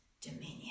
dominion